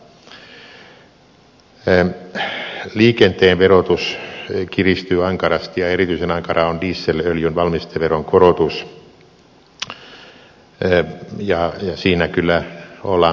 liikenteen verotus kiristyy ankarasti ja erityisen ankaraa on dieselöljyn valmisteveron korotus ja siinä kyllä on tultu tien päähän